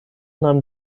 nahm